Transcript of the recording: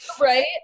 Right